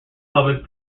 public